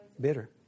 Bitter